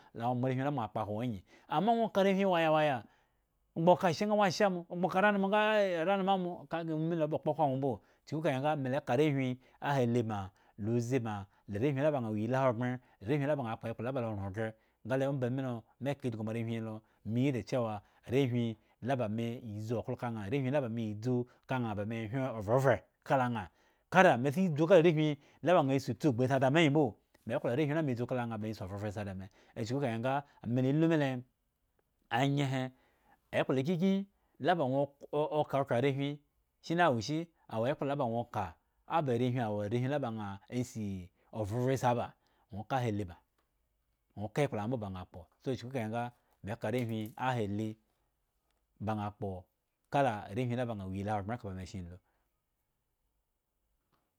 Lo awo moarehwin la mo akpo ahwo aŋwo angyi ama ŋwo ka arehwin waya waya ŋwo gba ka ashe nga ŋwo ashe amo, ŋwo gbo ka aranomo nga ŋwo mbo, chuku kahe nga mela eka arehwin ahahi baŋ, la uzi baŋ, la arehwin laba ŋha wo iyhi ahogbren, la arehwin la ba ŋha kpo ekpla la oran oghre ngale omba milo me ka idhgu moarehwin hilo, me yi dachewa arehwin laba me ya zi oklo ka ŋha, ba me ya hyen ovhrevhre kala ŋha, kara me sa yi dzu ka arehwin laba ŋha si otsi gbu osi adame angyi mbo me klo arehwin le medzu ka la ŋha baŋsi ovhrovhre asi ada me ochuku kahe nga ame lalu mile anyehe ekplakyikyin la ba ŋwo ok oka okhro arehwin shini awo ishi? Awo ekpla la ba ŋwo ka oba arehwin awo arehwin la ba asi ovhrovhre asi aba ŋwo ka ahahi baŋ, ŋwo ka ekpla ŋha mbo ba ŋha mbo ba ŋha kpo so chuku kahe nga me ka arehwin ahahi ba ŋha kpo kala arehwin la kpo iyli ahogbren eka ba me shenlu.